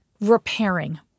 repairing